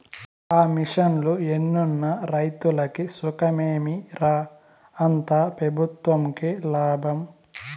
ఆ మిషన్లు ఎన్నున్న రైతులకి సుఖమేమి రా, అంతా పెబుత్వంకే లాభం